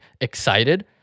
excited